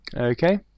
Okay